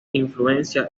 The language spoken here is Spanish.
influencia